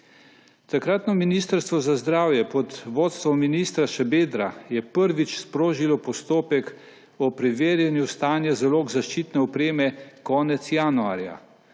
Takratno Ministrstvo za zdravje pod vodstvom ministra Šabedra je prvič sprožilo postopek o preverjanju stanja zalog zaščitne opreme konec januarja,